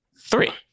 Three